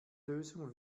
lösung